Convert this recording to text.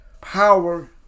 power